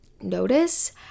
notice